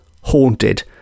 haunted